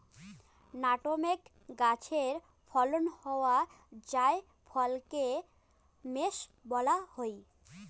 nutmeg গাছে ফলন হওয়া জায়ফলকে মেস বলা হই